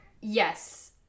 Yes